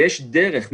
ויש דרך.